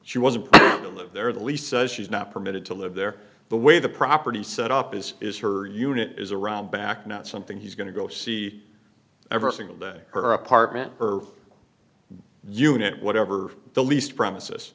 she wasn't going live there the lease says she's not permitted to live there the way the property set up is is her unit is around back not something he's going to go see every single day her apartment her unit whatever the least premises